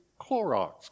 Clorox